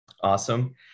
Awesome